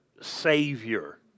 Savior